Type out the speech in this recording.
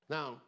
Now